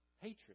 Hatred